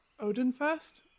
Odinfest